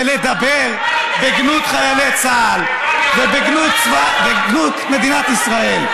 ולדבר בגנות חיילי צה"ל ובגנות מדינת ישראל.